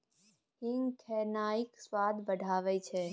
हींग खेनाइक स्वाद बढ़ाबैत छै